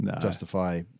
justify